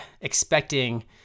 expecting